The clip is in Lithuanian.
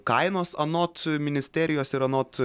kainos anot ministerijos ir anot